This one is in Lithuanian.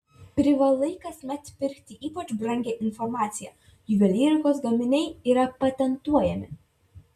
privalai kasmet pirkti ypač brangią informaciją juvelyrikos gaminiai yra patentuojami